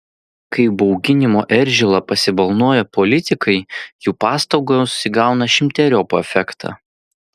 kai bauginimo eržilą pasibalnoja politikai jų pastangos įgauna šimteriopą efektą